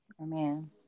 Amen